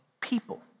people